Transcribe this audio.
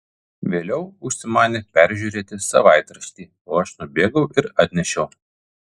vėliau užsimanė peržiūrėti savaitraštį o aš nubėgau ir atnešiau